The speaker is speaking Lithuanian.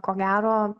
ko gero